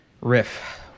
Riff